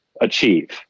achieve